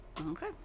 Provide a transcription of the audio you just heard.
Okay